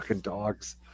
dogs